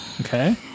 Okay